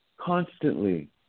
constantly